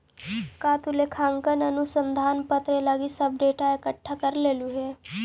का तु लेखांकन अनुसंधान पत्र लागी सब डेटा इकठ्ठा कर लेलहुं हे?